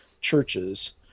churches